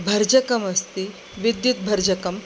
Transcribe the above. भर्जकमस्ति विद्युत् भर्जकम्